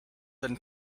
than